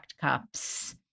cups